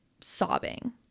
sobbing